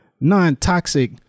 non-toxic